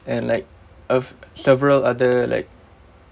and like of several other like